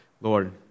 Lord